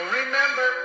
remember